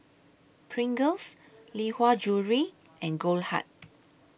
Pringles Lee Hwa Jewellery and Goldheart